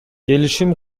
келишим